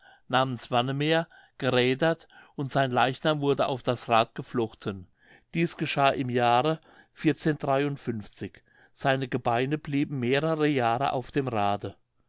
namens wannemer gerädert und sein leichnam wurde auf das rad geflochten dies geschah im jahre seine gebeine blieben mehrere jahre auf dem rade